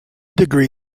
degree